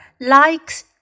likes